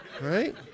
right